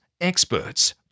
experts